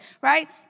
right